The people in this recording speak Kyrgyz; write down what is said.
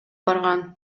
барган